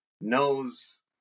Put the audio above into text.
knows